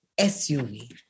SUV